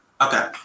Okay